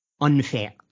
unfair